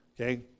Okay